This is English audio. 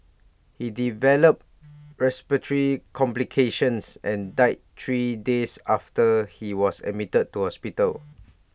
he developed respiratory complications and died three days after he was admitted to hospital